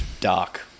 dark